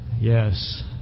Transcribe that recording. Yes